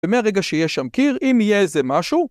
‫ומהרגע שיש שם קיר, ‫אם יהיה איזה משהו...